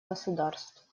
государств